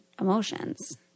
emotions